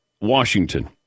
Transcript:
Washington